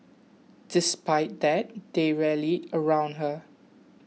despite that they rallied around her